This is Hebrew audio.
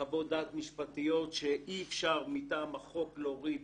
חוות דעת משפטיות שאי-אפשר מטעם החוק להוריד